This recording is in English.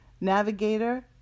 Navigator